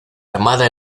armada